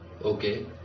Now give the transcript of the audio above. Okay